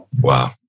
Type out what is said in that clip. Wow